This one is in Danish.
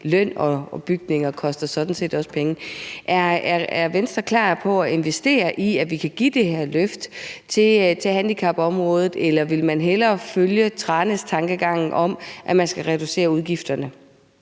løn, og bygninger koster sådan set også penge. Er Venstre klar på at investere i, at vi kan give det her løft til handicapområdet? Eller vil man hellere følge Tranæstankegangen om, at man skal reducere udgifterne?